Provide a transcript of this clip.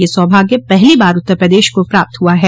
यह सौभाग्य पहली बार उत्तर प्रदेश को प्राप्त हुआ है